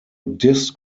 disk